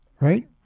right